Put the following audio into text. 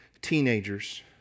teenagers